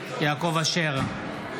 נגד יעקב אשר,